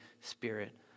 Spirit